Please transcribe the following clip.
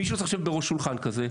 מישהו צריך לשבת בראש שולחן כזה.